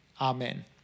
amen